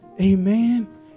Amen